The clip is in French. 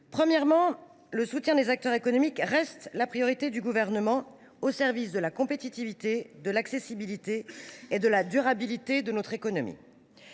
Premièrement, le soutien des acteurs économiques reste la priorité du Gouvernement, au service de la compétitivité, de l’accessibilité et de la durabilité de notre économie.